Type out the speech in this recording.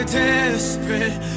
desperate